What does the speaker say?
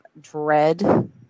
dread